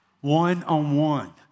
one-on-one